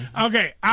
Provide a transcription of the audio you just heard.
Okay